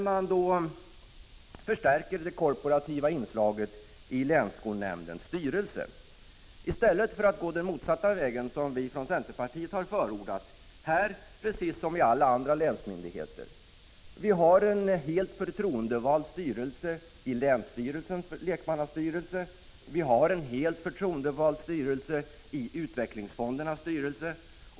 Man vill förstärka det korporativa inslaget i länsskolnämndernas styrelser, i stället för att gå motsatta vägen, som vi från centerpartiet har förordat — som i alla andra länsmyndigheter. Vi har helt förtroendevalda styrelser i länsstyrelsernas lekmannastyrelser. Vi har helt förtroendevalda styrelser i utvecklingsfonderna.